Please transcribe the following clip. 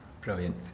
Brilliant